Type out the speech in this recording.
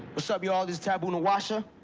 what's up, y'all. this taboo nawasha.